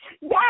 Yes